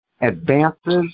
advances